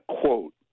quote